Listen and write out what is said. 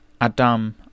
adam